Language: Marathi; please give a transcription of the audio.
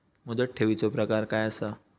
मुदत ठेवीचो प्रकार काय असा?